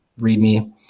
readme